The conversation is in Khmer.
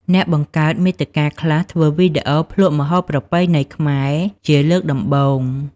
អ្នកបង្កើតមាតិកាខ្លះធ្វើវីដេអូភ្លក់ម្ហូបប្រពៃណីខ្មែរជាលើកដំបូង។